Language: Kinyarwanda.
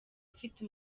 afite